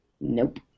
Nope